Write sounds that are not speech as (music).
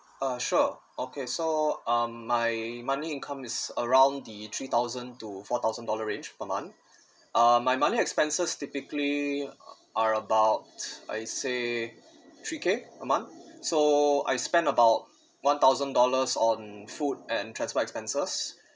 uh sure okay so um my monthly income is around the three thousand to four thousand dollar range per month (breath) uh my monthly expenses typically are about I say three K a month so I spent about one thousand dollars on food and transport expenses (breath)